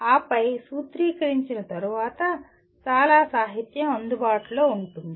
ఆపై సూత్రీకరించిన తరువాత చాలా సాహిత్యం అందుబాటులో ఉంటుంది